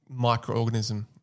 microorganism